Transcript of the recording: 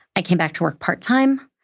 i came back to work part time.